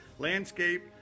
landscape